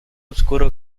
obscuro